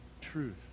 truth